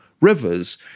rivers